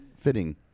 fitting